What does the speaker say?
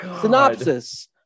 Synopsis